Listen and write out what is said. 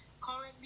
Currently